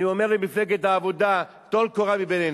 אני אומר למפלגת העבודה: טול קורה מבין עיניך.